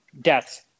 deaths